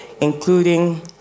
including